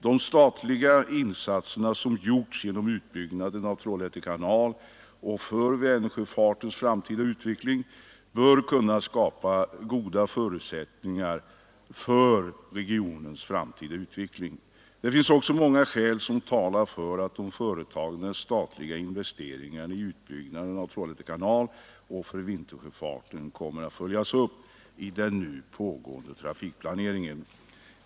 De statliga insatser som gjorts genom utbyggnaden av Trollhätte kanal och för Vänersjöfartens framtida utveckling bör kunna skapa goda förutsättningar för regionens utveckling. Det finns också många skäl som talar för att de företagna statliga investeringarna i utbyggnaden av Trollhätte kanal och för vintersjöfarten kommer att följas upp i den pågående trafikplaneringen.